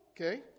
Okay